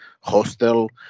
Hostel